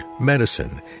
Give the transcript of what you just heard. medicine